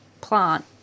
plant